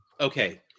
Okay